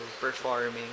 performing